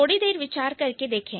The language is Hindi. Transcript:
थोड़ी देर विचार करके देखें